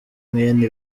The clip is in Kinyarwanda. mwene